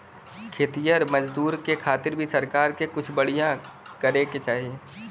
खेतिहर मजदूर के खातिर भी सरकार के कुछ बढ़िया करे के चाही